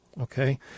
okay